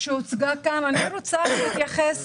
אני רוצה להתייחס